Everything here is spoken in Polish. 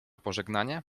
pożegnanie